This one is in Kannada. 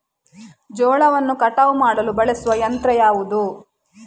ಜೋಳವನ್ನು ಕಟಾವು ಮಾಡಲು ಬಳಸುವ ಯಂತ್ರ ಯಾವುದು?